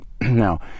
now